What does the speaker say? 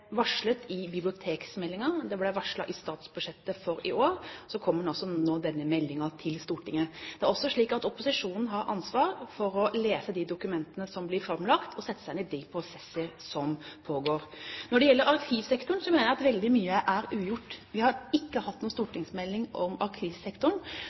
varslet i bibliotekmeldingen, og det ble varslet i statsbudsjettet for i år. Så kom også denne meldingen til Stortinget. Det er også slik at opposisjonen har ansvar for å lese de dokumentene som blir framlagt, og sette seg inn de prosesser som pågår. Når det gjelder arkivsektoren, mener jeg at veldig mye er ugjort. Vi har ikke hatt